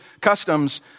customs